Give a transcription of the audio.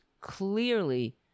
clearly